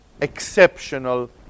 exceptional